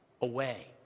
away